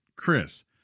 Chris